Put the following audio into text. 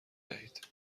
دهید